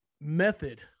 method